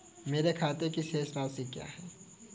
मेरे खाते की शेष राशि क्या है?